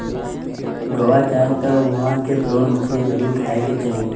गोवा जाए त उहवा के प्रोन मछरी जरुर खाए के चाही